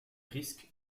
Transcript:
risque